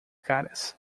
caras